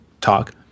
talk